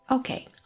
Okay